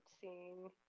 seeing